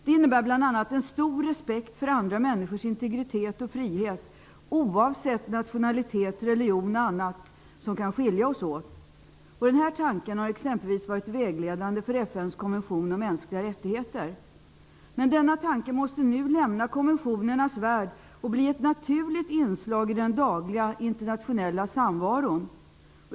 Det innefattar bl.a. en stor respekt för andra människors integritet och frihet oavsett nationalitet, religion och annat som kan skilja oss åt. Denna tanke har exempelvis varit vägledande för FN:s konvention om mänskliga rättigheter. Denna tanke måste dock lämna konventionernas värld och bli ett naturligt inslag i den dagliga internationella samvaron.